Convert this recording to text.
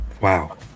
Wow